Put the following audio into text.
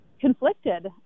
conflicted